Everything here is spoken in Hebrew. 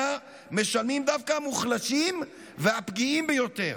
משלמים דווקא המוחלשים והפגיעים ביותר.